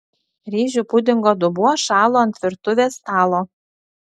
ryžių pudingo dubuo šalo ant virtuvės stalo